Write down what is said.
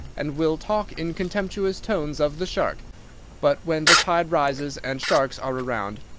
and will talk in contemptuous tones of the shark but, when the tide rises and sharks are around,